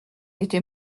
était